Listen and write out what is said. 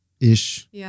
ish